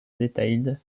detailed